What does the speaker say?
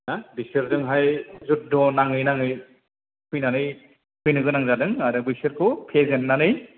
ना बिसोरजोंहाय जुद्द नाङै नाङै फैनानै फैनो गोनां जादों आरो बैसोरखौ फेजेननानै